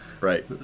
Right